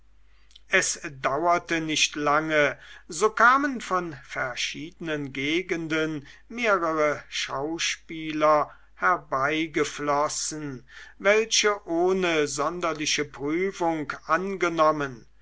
es dauerte nicht lange so kamen von verschiedenen gegenden mehrere schauspieler herbeigeflossen welche ohne sonderliche prüfung angenommen